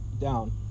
down